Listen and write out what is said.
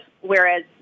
whereas